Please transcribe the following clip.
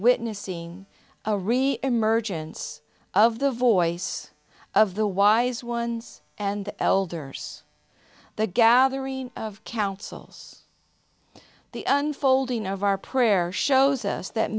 witnessing a reemergence of the voice of the wise ones and the elders the gathering of councils the unfolding of our prayer shows us that